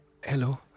Hello